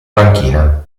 banchina